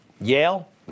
Yale